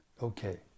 Okay